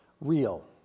real